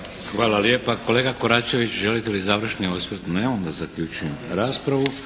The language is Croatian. Hvala lijepa. Kolega Koračević želite li završni osvrt? Ne. Onda zaključujem raspravu.